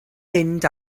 mynd